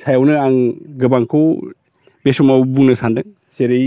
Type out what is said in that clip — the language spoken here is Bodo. सायावनो आं गोबांखौ बे समाव बुंनो सान्दों जेरै